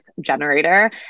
generator